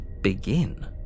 begin